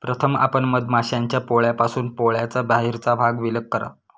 प्रथम आपण मधमाश्यांच्या पोळ्यापासून पोळ्याचा बाहेरचा भाग विलग करा